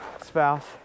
spouse